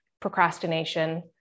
procrastination